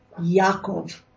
Yaakov